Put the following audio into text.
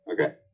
Okay